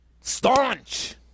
staunch